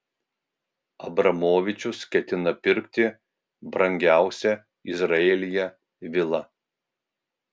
abramovičius ketina pirkti brangiausią izraelyje vilą